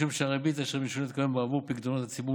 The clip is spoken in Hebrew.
משום שהריבית אשר משולמת כיום בעבור פיקדונות הציבור